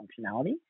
functionality